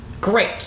Great